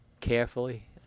carefully